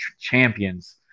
champions